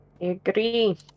Agree